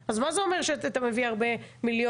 אז מה זה אומר שאתה מביא הרבה מיליונים?